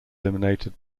eliminated